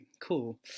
cool